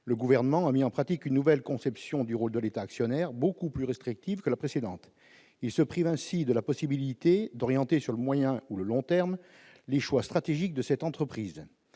le gouvernement a mis en pratique une nouvelle conception du rôle de l'État actionnaire, beaucoup plus restrictive que la précédente, il se prive ainsi de la possibilité d'orienter sur le moyen ou le long terme, les choix stratégiques de cette entreprise